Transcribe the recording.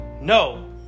No